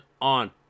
on